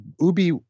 Ubi